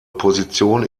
position